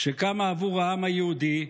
שקמה עבור העם היהודי,